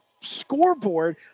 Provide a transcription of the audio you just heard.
scoreboard